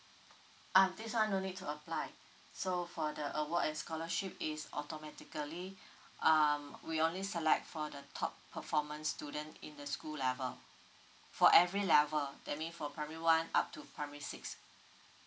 ah this one no need to apply so for the award and scholarship is automatically um we only select for the top performance student in the school level for every level that mean for primary one up to primary six